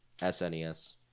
SNES